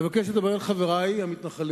אני מבקש לדבר על חברי המתנחלים